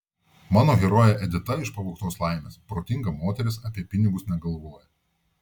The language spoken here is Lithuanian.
mano herojė edita iš pavogtos laimės protinga moteris apie pinigus negalvoja